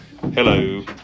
Hello